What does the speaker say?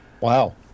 Wow